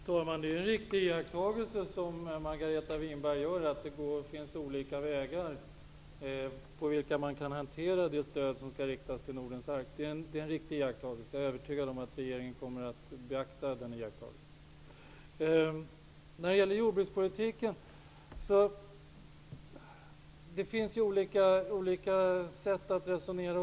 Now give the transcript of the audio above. Fru talman! Det är en riktig iakttagelse som Margareta Winberg gör, att det finns olika sätt på vilka man kan hantera det stöd som skall riktas till Nordens ark. Jag är övertygad om att regeringen kommer att beakta den iakttagelsen. När det gäller jordbrukspolitiken finns det olika sätt att resonera.